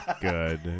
Good